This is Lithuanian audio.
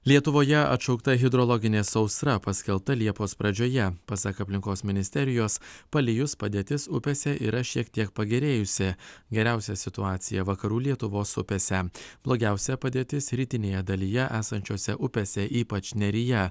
lietuvoje atšaukta hidrologinė sausra paskelbta liepos pradžioje pasak aplinkos ministerijos palijus padėtis upėse yra šiek tiek pagerėjusi geriausia situacija vakarų lietuvos upėse blogiausia padėtis rytinėje dalyje esančiose upėse ypač neryje